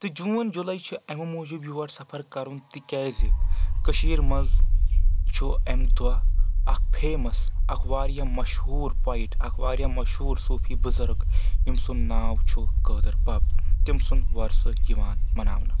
تہٕ جوٗن جولائی چھُ اَمہِ موٗجوٗب یور سفر کرُن تِکیازِ کٔشیٖر منٛز چھُ اَمہِ دۄہ اکھ فیمس اکھ واریاہ مشہوٗر پویِٹ اکھ واریاہ مشہوٗر صوٗفی بُزرگ ییٚمہِ سُنٛد ناو چھُ قٲدر بب تٔمۍ سُنٛد ۄرسہٕ یِوان مناونہٕ